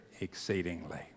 exceedingly